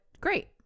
great